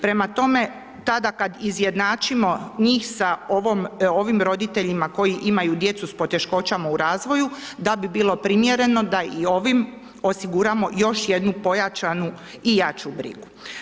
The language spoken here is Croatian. Prema tome, tada kad izjednačimo njih sa ovim roditeljima koji imaju djecu s poteškoćama u razvoju da bi bilo primjereno da i ovim osiguramo još jednu pojačanu i jaču brigu.